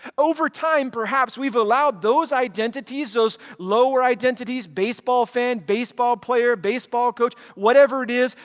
over time, perhaps, we've allowed those identities, those lower identities, baseball fan, baseball player, baseball coach, whatever it is,